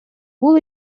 бул